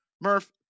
Murph